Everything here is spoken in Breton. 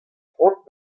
cʼhoant